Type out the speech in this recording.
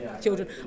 children